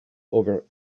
over